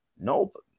Nope